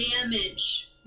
damage